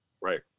Right